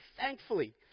thankfully